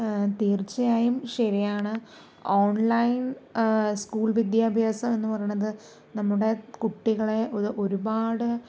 തീർച്ചയായും ശരിയാണ് online school വിദ്യാഭ്യാസം എന്ന് പറയണത് നമ്മുടെ കുട്ടികളെ ഒരുപാട്